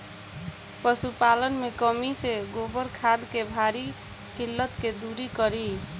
पशुपालन मे कमी से गोबर खाद के भारी किल्लत के दुरी करी?